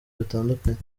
bitandukanye